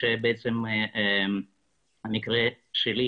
למדתי הרבה ועכשיו אני שואל את עצמי שאלות קיומיות,